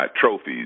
trophies